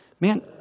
Man